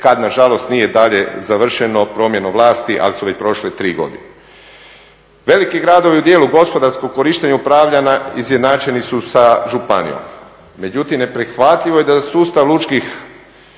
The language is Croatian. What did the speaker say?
nažalost nije dalje završeno promjenom vlasti ali su već prošle tri godine. Veliki gradovi u dijelu gospodarskog korištenja upravljanja izjednačeni su sa županijom, međutim neprihvatljivo je da sustav lučkih,